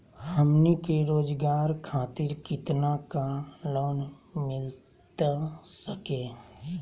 हमनी के रोगजागर खातिर कितना का लोन मिलता सके?